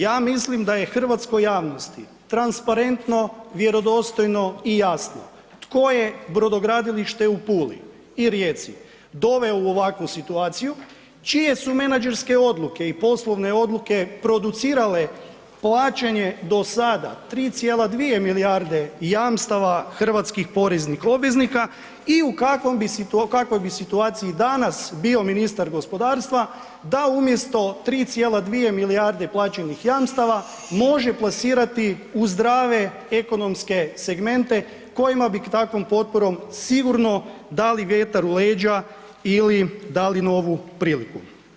Ja mislim da je hrvatskoj javnosti transparentno, vjerodostojno i jasno tko je brodogradilište u Puli i Rijeci doveo u ovakvu situaciju, čije su menadžerske odluke i poslove odluke producirale plaćanje do sada 3,2 milijarde jamstava hrvatskih poreznih obveznika i u kakvom bi situaciji danas bio ministar gospodarstva, da umjesto 3,2 milijarde plaćenih jamstava može plasirati u zdrave ekonomske segmente kojima bi takvom potporom sigurno dali vjetar u leđa ili dali novu priliku.